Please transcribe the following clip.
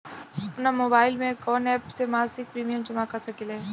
आपनमोबाइल में कवन एप से मासिक प्रिमियम जमा कर सकिले?